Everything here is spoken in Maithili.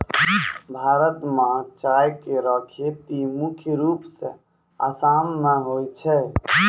भारत म चाय केरो खेती मुख्य रूप सें आसाम मे होय छै